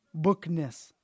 bookness